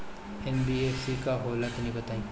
NBFC का होला तनि बताई?